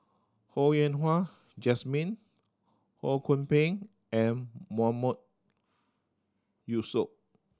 Ho Yen Wah Jesmine Ho Kwon Ping and Mahmood Yusof